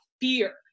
fear